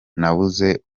nabuze